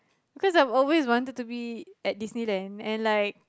cause I've always wanted to be at Disneyland and like